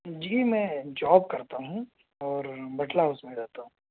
جی میں جاب کرتا ہوں اور بٹلہ ہاؤس میں رہتا ہوں